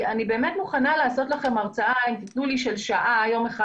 אני באמת מוכנה לעשות לכם הרצאה של שעה יום אחד